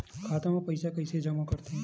खाता म पईसा कइसे जमा करथे?